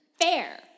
Fair